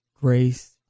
grace